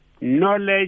Knowledge